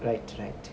right right